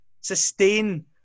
sustain